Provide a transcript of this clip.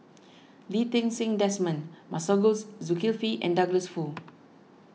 Lee Ti Seng Desmond Masagos Zulkifli and Douglas Foo